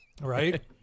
right